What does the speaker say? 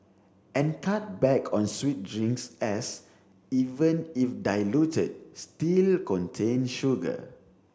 and cut back on sweet drinks as even if diluted still contain sugar